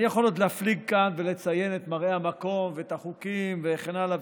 אני יכול עוד להפליג כאן ולציין את מראה המקום ואת החוקים וכן הלאה,